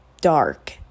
dark